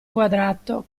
quadrato